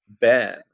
Ben